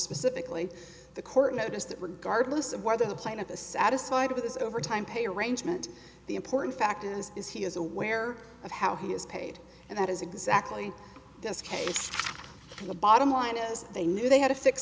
specifically the court notice that regardless of whether the plaintiff the satisfied with his overtime pay arrangement the important fact is is he is aware of how he is paid and that is exactly this case and the bottom line is they knew they had a si